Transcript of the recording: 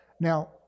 Now